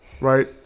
right